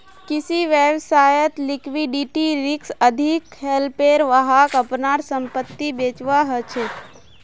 किसी व्यवसायत लिक्विडिटी रिक्स अधिक हलेपर वहाक अपनार संपत्ति बेचवा ह छ